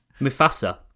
Mufasa